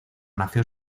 nació